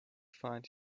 find